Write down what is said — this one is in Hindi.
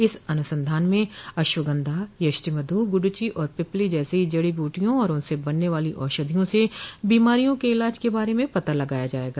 इस अनुसंधान में अश्वगंधा यष्टिमध् गुडुचि और पिप्पली जैसो जडी बूटियों और उनसे बनने वाली औषधियों से बीमारियों के इलाज के बारे में पता लगाया जाएगा